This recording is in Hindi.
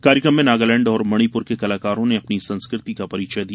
कार्यक्रम में नागालैंड और मणिपुर के कलाकारों ने अपनी संस्कृति का परिचय दिया